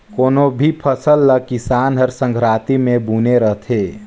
कोनो भी फसल ल किसान हर संघराती मे बूने रहथे